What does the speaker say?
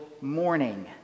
morning